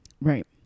Right